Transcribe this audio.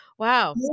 Wow